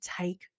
take